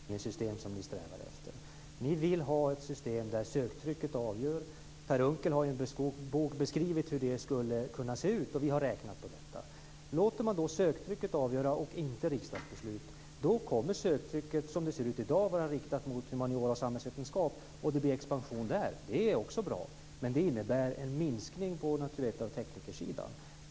Fru talman! Den satsningen blir inte möjlig med det utbildningsystem som ni strävar efter. Ni vill ha ett system där söktrycket avgör. Per Unckel har i en bok beskrivit hur det skulle kunna se ut, och vi har räknat på detta. Låter man söktrycket avgöra och inte riksdagsbeslut, kommer söktrycket, som det ser ut i dag, att vara riktat mot humaniora och samhällsvetenskap, och det blir en expansion där. Också det är bra, men det innebär en minskning på naturvetenskaparoch teknikersidan.